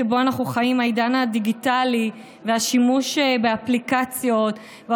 העידן הדיגיטלי והשימוש באפליקציות שבו אנחנו חיים,